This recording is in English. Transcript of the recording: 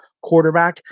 quarterback